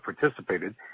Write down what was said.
participated